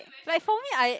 like for me I